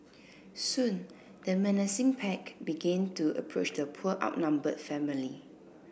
soon the menacing pack began to approach the poor outnumbered family